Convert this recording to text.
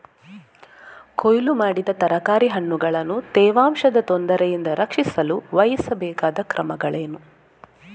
ಕೊಯ್ಲು ಮಾಡಿದ ತರಕಾರಿ ಹಣ್ಣುಗಳನ್ನು ತೇವಾಂಶದ ತೊಂದರೆಯಿಂದ ರಕ್ಷಿಸಲು ವಹಿಸಬೇಕಾದ ಕ್ರಮಗಳೇನು?